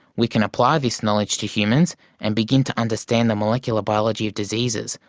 we can apply this knowledge to humans and begin to understand the molecular biology of diseases,